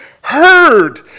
heard